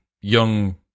young